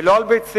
לא על ביצים,